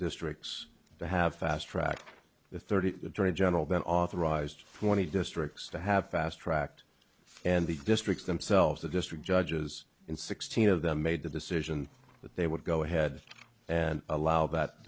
districts to have fast track the thirty attorney general then authorized twenty districts to have fast tracked and the districts themselves the district judges in sixteen of them made the decision that they would go ahead and allow that